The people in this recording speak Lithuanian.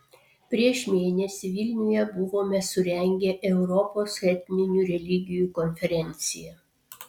prieš mėnesį vilniuje buvome surengę europos etninių religijų konferenciją